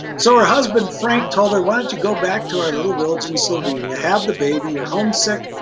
so her husband frank told her why'd you go back to our little village in slovenia, have the baby, you're homesick.